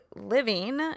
living